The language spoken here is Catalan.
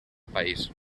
país